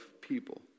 people